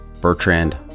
Bertrand